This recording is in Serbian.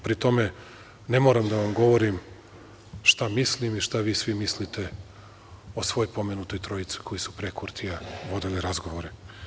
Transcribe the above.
Pri tome, ne moram da vam govorim šta mislim i šta vi svi mislite o svoj pomenutoj trojici koji su pre Kurtija vodili razgovore.